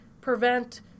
prevent